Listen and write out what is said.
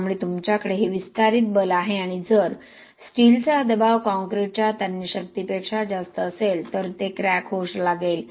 त्यामुळे तुमच्याकडे हे विस्तारित बल आहे आणि जर स्टीलचा दबाव कॉंक्रिटच्या तन्य शक्तीपेक्षा जास्त असेल तर ते क्रॅक होऊ लागेल